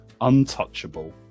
untouchable